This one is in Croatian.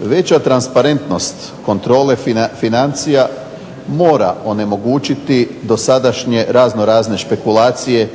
Veća transparentnost kontrole financija mora onemogućiti dosadašnje razno razne špekulacije